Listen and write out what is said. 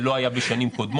זה לא היה בשנים קודמות.